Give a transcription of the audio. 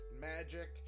magic